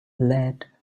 lead